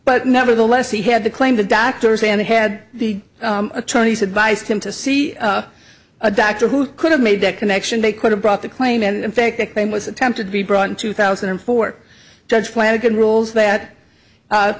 but nevertheless he had the claim to doctors and they had the attorneys advised him to see a doctor who could have made that connection they could have brought the claim and in fact the claim was attempted to be brought in two thousand and four judge flanagan rules that